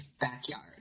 backyard